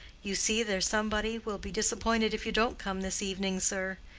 you see there's somebody will be disappointed if you don't come this evening, sir.